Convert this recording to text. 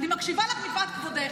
אני מקשיבה לך מפאת כבודך.